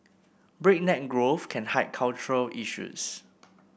breakneck growth can hide cultural issues